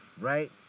right